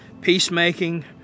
peacemaking